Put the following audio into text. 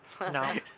no